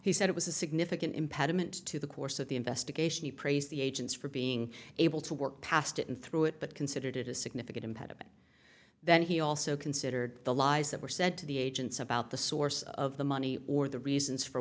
he said it was a significant impediment to the course of the investigation he praised the agents for being able to work past him through it but considered it a significant impediment that he also considered the lies that were said to the agents about the source of the money or the reasons for